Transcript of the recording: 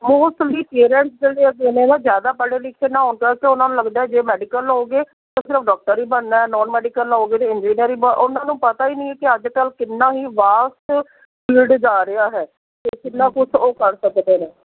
mostly parents ਜਿਹੜੇ ਜਿੰਨੇ ਨਾ ਜ਼ਿਆਦਾ ਪੜ੍ਹੇ ਲਿਖੇ ਨਾ ਹੋਣ ਕਰਕੇ ਓਹਨਾਂ ਨੂੰ ਲੱਗਦਾ ਜੇ ਮੈਡੀਕਲ ਲਓਗੇ ਤਾਂ ਫਿਰ ਉਹ ਡਾਕਟਰ ਹੀ ਬਣਨਾ ਨੋਨ ਮੈਡੀਕਲ ਲਓਗੇ ਤਾਂ ਇੰਜੀਨੀਅਰ ਹੀ ਬ ਉਹਨਾਂ ਨੂੰ ਪਤਾ ਹੀ ਨਹੀਂ ਕਿ ਅੱਜ ਕੱਲ੍ਹ ਕਿੰਨਾ ਹੀ ਵਾਸਟ ਫੀਲਡ ਜਾ ਰਿਹਾ ਹੈ ਅਤੇ ਕਿੰਨਾ ਕੁਝ ਉਹ ਕਰ ਸਕਦੇ ਨੇ